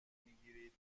میگیرید